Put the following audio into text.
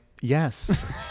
Yes